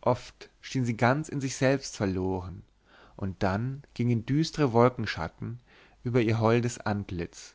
oft schien sie ganz in sich selbst verloren und dann gingen düstre wolkenschatten über ihr holdes antlitz